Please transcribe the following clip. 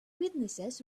witnesses